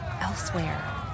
elsewhere